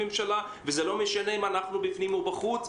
וזה לא משנה אם אנחנו בפנים או בחוץ,